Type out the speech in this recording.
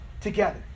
together